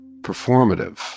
performative